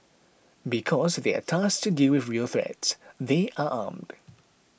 because they are tasked to deal with real threats they are armed